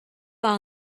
all